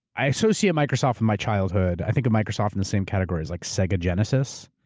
i associate microsoft with my childhood. i think of microsoft in the same category as like sega genesis.